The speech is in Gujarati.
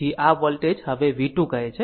તેથી આ વોલ્ટેજ હવે v 2 કહે છે